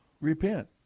repent